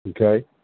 Okay